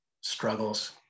struggles